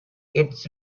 its